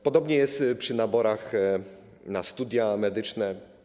Podobnie jest przy naborach na studia medyczne.